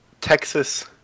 Texas